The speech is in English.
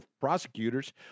prosecutors